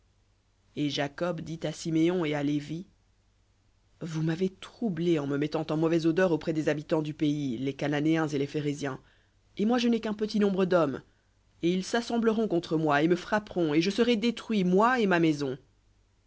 et jacob dit à siméon et à lévi vous m'avez troublé en me mettant en mauvaise odeur auprès des habitants du pays les cananéens et les phéréziens et moi je n'ai qu'un petit nombre d'hommes et ils s'assembleront contre moi et me frapperont et je serai détruit moi et ma maison